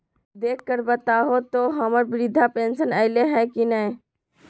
देख कर बताहो तो, हम्मर बृद्धा पेंसन आयले है की नय?